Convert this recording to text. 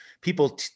people